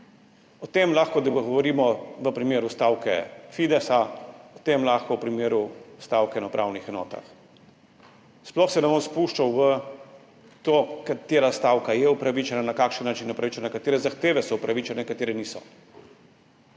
O tem lahko govorimo v primeru stavke Fidesa, o tem lahko v primeru stavke na upravnih enotah. Sploh se ne bom spuščal v to, katera stavka je upravičena, na kakšen način upravičena, katere zahteve so upravičene, katere niso.